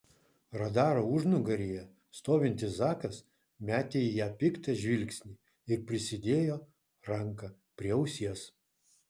radaro užnugaryje stovintis zakas metė į ją piktą žvilgsnį ir prisidėjo ranką prie ausies